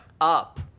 Up